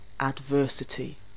adversity